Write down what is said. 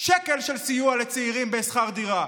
שקל של סיוע לצעירים בשכר דירה.